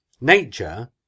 Nature